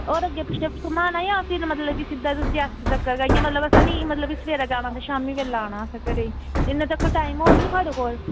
तुसें अग्गें पिच्छे घुम्माना जां सिद्धा इंया गै सबेरै जाना ते शामीं बेल्लै आई जाना इन्ने तगर टाईम हेग थुआढ़े कोल